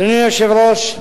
אדוני היושב-ראש,